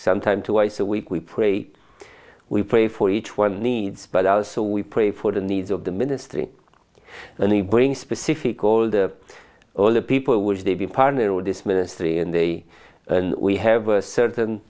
sometimes twice a week we pray we pray for each one needs but our so we pray for the needs of the ministry and they bring specific all the older people will they be partnered with this ministry and they and we have a certain